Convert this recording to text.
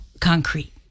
concrete